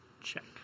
check